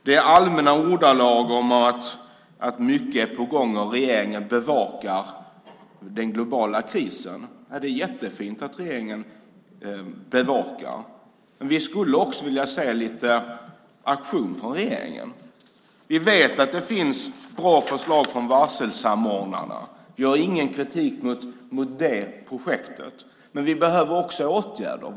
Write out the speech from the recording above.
Det är allmänna ordalag om att mycket är på gång och att regeringen bevakar den globala krisen. Det är jättefint att regeringen bevakar, men vi skulle också vilja se lite aktion från regeringen. Vi vet att det finns bra förslag från varselsamordnarna. Jag har ingen kritik mot det projektet, men vi behöver också åtgärder.